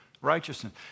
righteousness